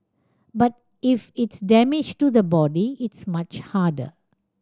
but if it's damage to the body it's much harder